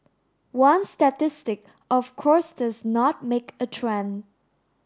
one statistic of course does not make a trend